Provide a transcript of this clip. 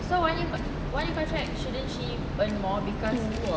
so one year one year contract shouldn't she earn more because she